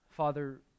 Father